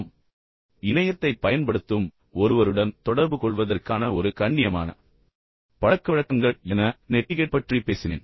முந்தைய ஒன்றில் இணையத்தைப் பயன்படுத்தும் ஒருவருடன் தொடர்புகொள்வதற்கான ஒரு கண்ணியமான மற்றும் ஏற்றுக்கொள்ளக்கூடிய பழக்கவழக்கங்கள் என நெட்டிகெட் பற்றிப் பேசினேன்